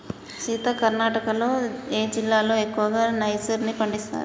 సీత కర్ణాటకలో ఏ జిల్లాలో ఎక్కువగా నైజర్ ని పండిస్తారు